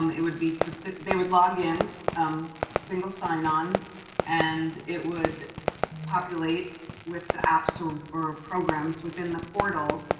um it would be specific. they would log in um single sign on and it would populate with the apps or or ah programs within the portal.